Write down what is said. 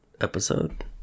episode